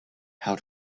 how